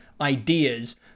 ideas